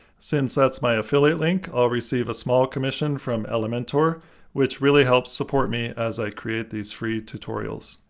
since that's my affiliate link, i'll receive a small commission from elementor which really helps support me as i create these free tutorials.